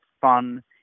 fun